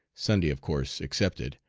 sunday of course excepted,